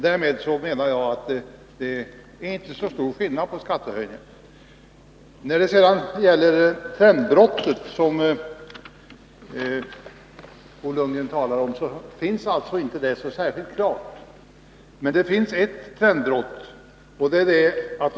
Därmed menar jag att det inte är så stor skillnad mellan skattehöjningarna. Det trendbrott som nu Bo Lundgren talar om är inte så särskilt klart. Men det finns ett annat trendbrott.